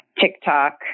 TikTok